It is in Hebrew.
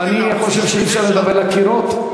אני חושב שאי-אפשר לדבר לקירות.